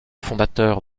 fondateur